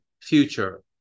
future